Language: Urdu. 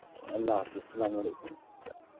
اللہ حافظ السّلام علیکم